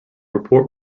report